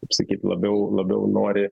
kaip sakyt labiau labiau nori